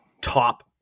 top